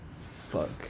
fuck